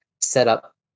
setup